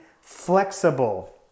flexible